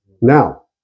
Now